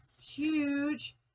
Huge